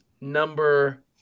number